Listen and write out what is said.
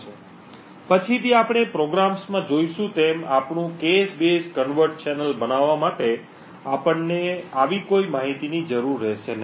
તેથી પછીથી આપણે પ્રોગ્રામ્સમાં જોઈશું તેમ આપણું 'કૅશ બેઝ કન્વર્ટ ચેનલ' બનાવવા માટે આપણને આવી કોઈ માહિતીની જરૂર રહેશે નહીં